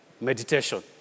meditation